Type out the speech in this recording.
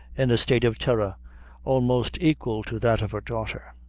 in a state of terror almost equal to that of her daughter.